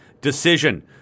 decision